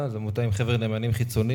זו עמותה עם חבר נאמנים חיצוני.